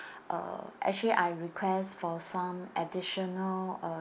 uh actually I request for some additional uh